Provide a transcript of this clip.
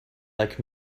like